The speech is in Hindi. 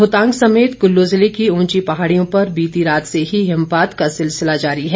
रोहतांग समेत कुल्लू जिले की उंची पहाड़ियों पर बीती रात से ही हिमपात का सिलसिला जारी है